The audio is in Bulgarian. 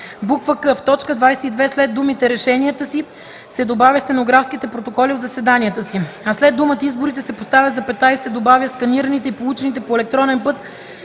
к) в т. 22 след думите „решенията си” се добавя „стенографските протоколи от заседанията си”, а след думата „изборите” се поставя запетая и се добавя „сканираните и получените по електронен път